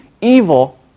evil